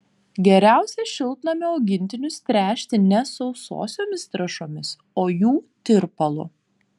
geriausia šiltnamio augintinius tręšti ne sausosiomis trąšomis o jų tirpalu